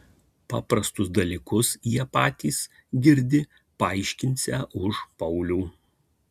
paprastus dalykus jie patys girdi paaiškinsią už paulių